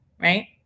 right